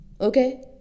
okay